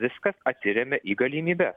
viskas atsiremia į galimybes